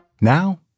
Now